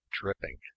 Dripping